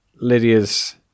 Lydia's